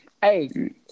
Hey